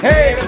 Hey